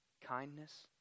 kindness